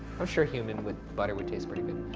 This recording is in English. i'm sure human with butter would taste pretty good.